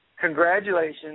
Congratulations